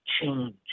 change